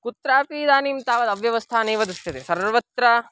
कुत्रापि इदानीं तावत् अव्यवस्था नैव दृश्यते सर्वत्र